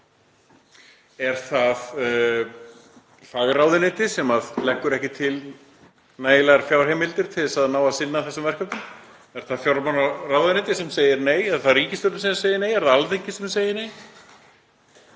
Er það fagráðuneytið sem leggur ekki til nægilegar fjárheimildir til að það náist að sinna þessum verkefnum? Er það fjármálaráðuneytið sem segir nei? Er það ríkisstjórnin sem segir nei? Er það Alþingi sem segir nei?